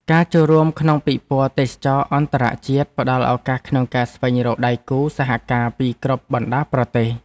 ការចូលរួមក្នុងពិព័រណ៍ទេសចរណ៍អន្តរជាតិផ្តល់ឱកាសក្នុងការស្វែងរកដៃគូសហការពីគ្រប់បណ្តាប្រទេស។